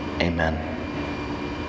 Amen